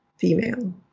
female